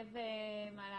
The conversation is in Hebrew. שלו מלסה.